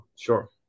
sure